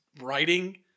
writing